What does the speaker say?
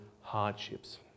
hardships